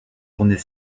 journées